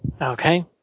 Okay